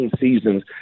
seasons